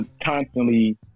constantly